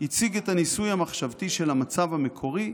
הציג את הניסוי המחשבתי של 'המצב המקורי',